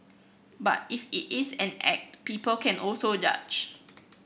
but if it is an act people can also judge